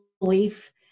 belief